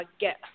get